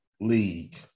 league